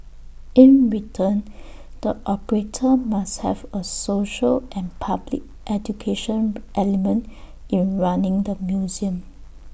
in return the operator must have A social and public education element in running the museum